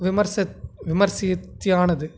விமரிசித்தியானது